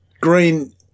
Green